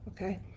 Okay